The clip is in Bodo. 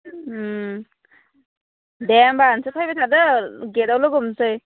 दे होमबा नोंसोर फैबाय थादो गेटाव लोगो हमनोसै